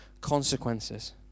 consequences